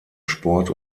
sport